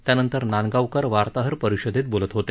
त्यानंतर नांदगावकर वार्ताहर परिषदेत बोलत होते